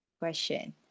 question